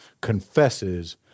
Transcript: confesses